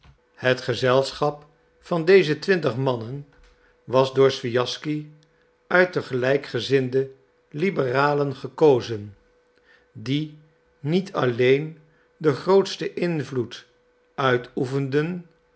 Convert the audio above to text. het gezelschap van deze twintig mannen was door swijaschsky uit de gelijkgezinde liberalen gekozen die niet alleen den grootsten invloed